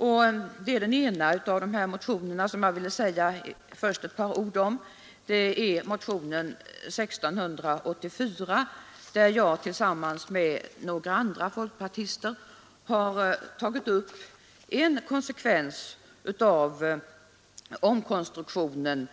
Jag skall säga några ord om den ena av dessa två motioner, motionen 1684, i vilken jag tillsammans med några andra folkpartister har tagit upp en konsekvens av omkonstruktionen